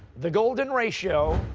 the golden ratio,